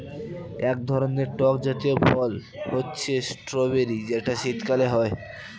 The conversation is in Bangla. এক ধরনের টক জাতীয় ফল হচ্ছে স্ট্রবেরি যেটা শীতকালে হয়